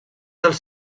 dels